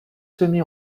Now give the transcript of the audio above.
semi